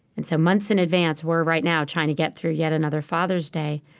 and so months in advance, we're right now trying to get through yet another father's day,